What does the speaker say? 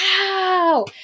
wow